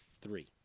three